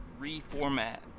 reformat